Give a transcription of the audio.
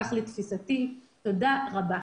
תודה רבה.